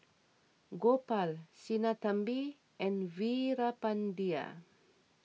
Gopal Sinnathamby and Veerapandiya